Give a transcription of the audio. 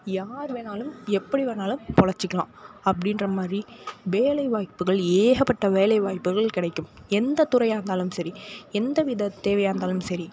யார் வேண்ணாலும் எப்படி வேண்ணாலும் பிழச்சிக்கலாம் அப்படின்ற மாதிரி வேலைவாய்ப்புகள் ஏகப்பட்ட வேலைவாய்ப்புகள் கிடைக்கும் எந்த துறையாக இருந்தாலும் சரி எந்த வித தேவையாக இருந்தாலும் சரி